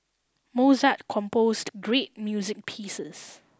Mozart composed great music pieces